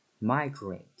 Migrate